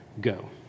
go